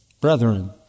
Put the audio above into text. Brethren